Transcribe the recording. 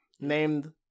named